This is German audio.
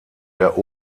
der